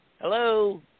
hello